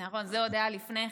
נכון, זה עוד היה לפני כן.